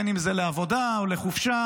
אם זה לעבודה או לחופשה,